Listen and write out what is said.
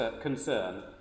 concern